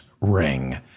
ring